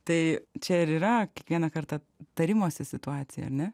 tai čia ir yra kiekvieną kartą tarimosi situacija ar ne